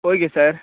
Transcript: okay sir